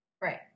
right